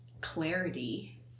Clarity